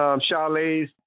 chalets